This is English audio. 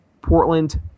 Portland